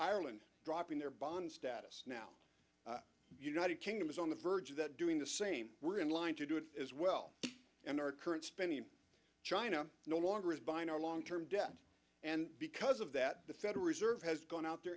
ireland dropping their bond status now united kingdom is on the verge of doing the same we're in line to do it as well and our current spending china no longer is buying our long term debt and because of that the federal reserve has gone out there